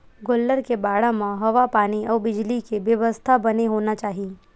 गोल्लर के बाड़ा म हवा पानी अउ बिजली के बेवस्था बने होना चाही